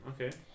Okay